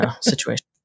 situation